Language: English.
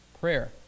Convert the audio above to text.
Prayer